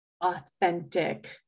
authentic